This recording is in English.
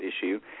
issue